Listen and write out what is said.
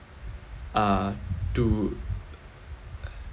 uh to